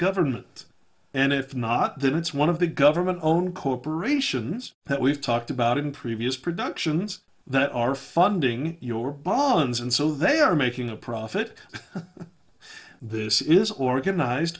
government and if not then it's one of the government owned corporations that we've talked about in previous productions that are funding your bonds and so they are making a profit this is organized